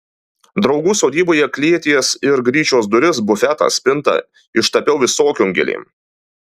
draugų sodyboje klėties ir gryčios duris bufetą spintą ištapiau visokiom gėlėm